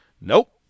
Nope